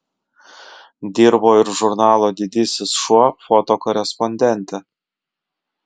dirbo ir žurnalo didysis šuo fotokorespondente